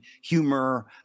humor